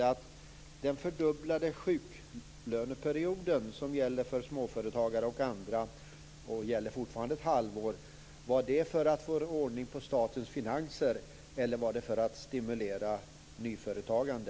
Det jag skulle vilja fråga om är om den fördubblade sjuklöneperioden, som fortfarande gäller ett halvår för småföretagare och andra, finns till för att få ordning på statens finanser eller för att stimulera nyföretagande.